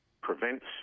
prevents